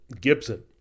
Gibson